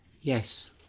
yes